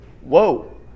Whoa